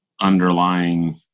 underlying